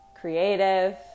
creative